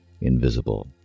invisible